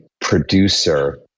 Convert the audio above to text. producer